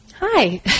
Hi